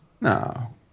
No